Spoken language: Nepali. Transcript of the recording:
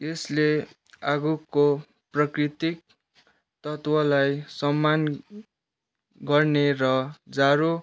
यसले आगोको प्राकृतिक तत्त्वलाई सम्मान गर्ने र जाडो